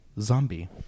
zombie